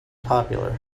popular